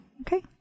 Okay